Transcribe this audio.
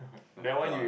ya cannot lah